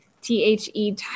T-H-E